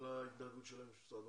על ההתנהגות שלהם.